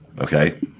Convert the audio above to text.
Okay